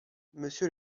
monsieur